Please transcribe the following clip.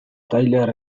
tailer